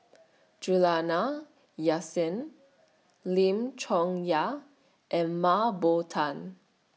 Juliana Yasin Lim Chong Yah and Mah Bow Tan